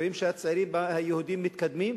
רואים שהצעירים היהודים מתקדמים,